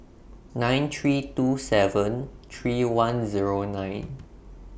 nine three two seven three one Zero nine